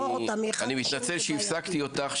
אני מתנצל שהפסקתי אותך,